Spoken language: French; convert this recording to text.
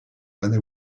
anna